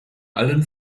allen